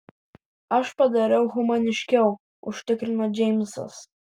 aš padariau humaniškiau užtikrino džeimsas